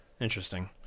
Interesting